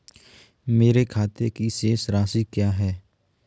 मेरे खाते की शेष राशि क्या है?